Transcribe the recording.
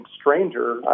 stranger